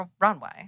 Runway